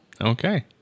Okay